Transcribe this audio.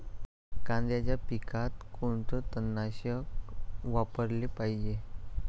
कांद्याच्या पिकात कोनचं तननाशक वापराले पायजे?